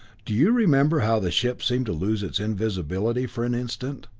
do you remember how the ship seemed to lose its invisibility for an instant?